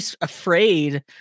afraid